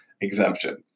exemption